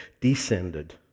descended